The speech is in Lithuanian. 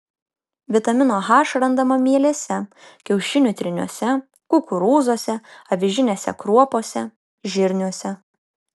vitamino h randama mielėse kiaušinių tryniuose kukurūzuose avižinėse kruopose žirniuose